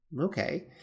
Okay